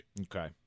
okay